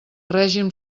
règim